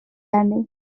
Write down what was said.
eni